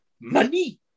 Money